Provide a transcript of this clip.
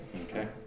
Okay